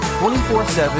24-7